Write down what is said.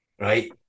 Right